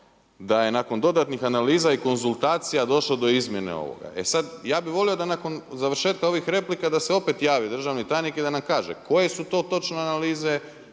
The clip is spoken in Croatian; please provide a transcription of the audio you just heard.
da je nakon dodatnih analiza i konzultacija došlo do izmjene ovoga. E sada ja bih volio da nakon završetaka ovih replika da se opet javi državni tajnik i da nam kaže, koje su to točno analize,